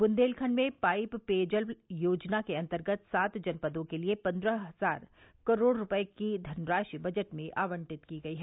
बुन्देलखंड में पाइप पेयजल योजना के अन्तर्गत सात जनपदों के लिये पन्द्रह हजार करोड़ रूपये की धनराशि बजट मेंब आवंटित की गई है